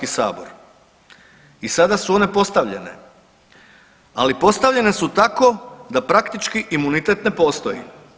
I sada su one postavljene, ali postavljene su tako da praktički imunitet ne postoji.